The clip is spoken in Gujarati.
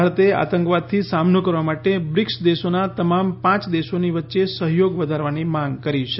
ભારતે આતંકવાદથી સામનો કરવા માટે બ્રિક્સ દેશોના તમામ પાંચ દેશોની વચ્ચે સહયોગ વધારવાની માંગ કરી છે